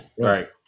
Right